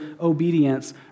obedience